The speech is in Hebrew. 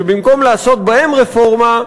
ובמקום לעשות בהם רפורמה,